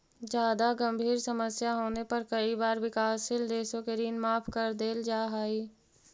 जादा गंभीर समस्या होने पर कई बार विकासशील देशों के ऋण माफ कर देल जा हई